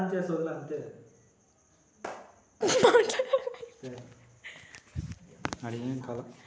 rice bran అనేది బియ్యం యొక్క బయటి పొర నుంచి తయారు చేసే నూనె